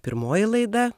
pirmoji laida